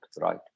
right